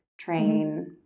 train